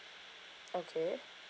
okay